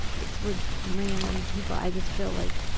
it's with random people, i just feel like,